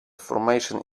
formation